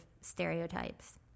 stereotypes